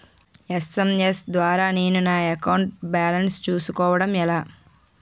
SMS ద్వారా నేను నా అకౌంట్ బాలన్స్ చూసుకోవడం ఎలా?